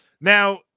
Now